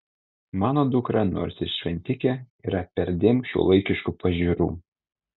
mano dukra nors ir šventikė yra perdėm šiuolaikiškų pažiūrų